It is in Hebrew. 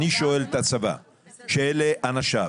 אני שואל את הצבא שאלה אנשיו.